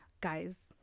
guys